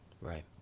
Right